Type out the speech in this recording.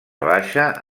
baixa